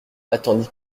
attendit